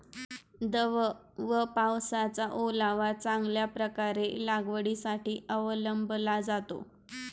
दव व पावसाचा ओलावा चांगल्या प्रकारे लागवडीसाठी अवलंबला जातो